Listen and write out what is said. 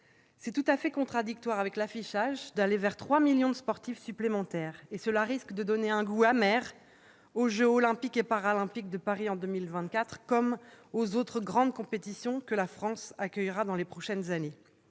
C'est tout à fait contradictoire avec l'ambition affichée d'aller vers 3 millions de sportifs supplémentaires, et cela risque de donner un goût amer aux jeux Olympiques et Paralympiques de Paris en 2024, comme aux autres grandes compétitions que la France accueillera dans les prochaines années.